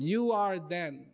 you are the